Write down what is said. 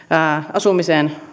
asumiseen